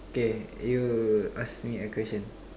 okay you ask me a question